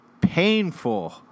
painful